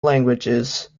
languages